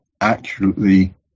accurately